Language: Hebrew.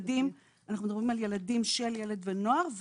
אנחנו מדברים על ילדים של ילד ונוער,